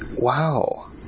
wow